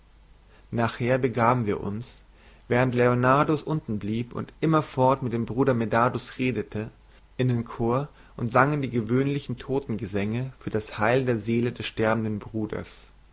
nachher begaben wir uns während leonardus unten blieb und immerfort mit dem bruder medardus redete in den chor und sangen die gewöhnlichen totengesänge für das heil der seele des sterbenden bruders